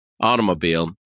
automobile